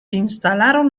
instalaron